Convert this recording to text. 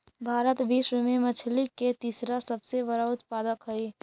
भारत विश्व में मछली के तीसरा सबसे बड़ा उत्पादक हई